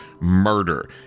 murder